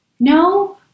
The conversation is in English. No